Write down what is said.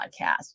podcast